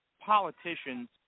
politicians